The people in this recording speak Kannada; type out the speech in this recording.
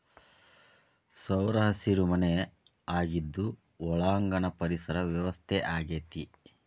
ಸೌರಹಸಿರು ಮನೆ ಆಗಿದ್ದು ಒಳಾಂಗಣ ಪರಿಸರ ವ್ಯವಸ್ಥೆ ಆಗೆತಿ